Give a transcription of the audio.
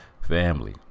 family